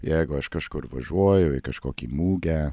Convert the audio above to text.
jeigu aš kažkur važiuoju į kažkokį mugę